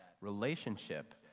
relationship